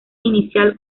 inicial